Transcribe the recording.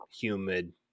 humid